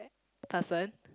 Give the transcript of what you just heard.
person